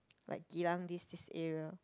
like Geylang this this area